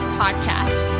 podcast